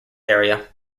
area